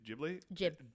Ghibli